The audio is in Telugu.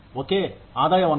ఓకే ఆదాయ వనరు